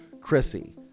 Chrissy